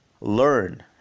learn